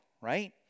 right